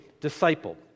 disciple